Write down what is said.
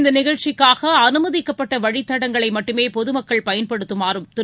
இந்த நிகழ்ச்சிக்காக அனுமதிக்கப்பட்ட வழித்தடங்களை மட்டுமே பொதுமக்கள் பயன்படுத்தமாறும் திரு